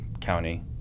county